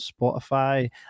Spotify